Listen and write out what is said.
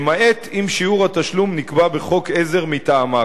למעט אם שיעור התשלום נקבע בחוק עזר מטעמה.